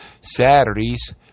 Saturdays